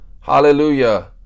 Hallelujah